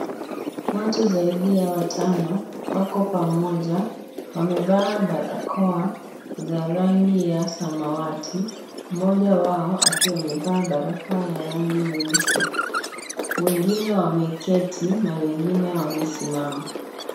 Watu zaidi ya watano ako pamoja wamevaa barakoa za rangi ya samawati, mmoja wao akiwa amevaa barakoa ya rangi nyeusi. Wengine wameketi na wengine wamesimama.